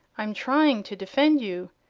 i'm trying to defend you,